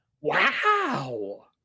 wow